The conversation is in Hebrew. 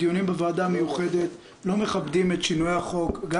הדיונים בוועדה המיוחדת לא מכבדים את שינויי החוק גם